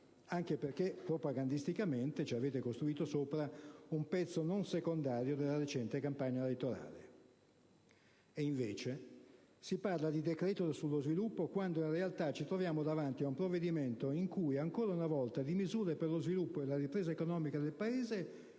anche perché propagandisticamente vi è stato costruito sopra un pezzo non secondario della recente campagna elettorale. Invece si parla di decreto sullo sviluppo quando in realtà ci troviamo davanti a un provvedimento in cui ancora una volta di misure per lo sviluppo e la ripresa economica del Paese